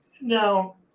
Now